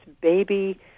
baby